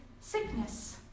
sickness